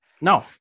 No